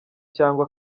cyangwa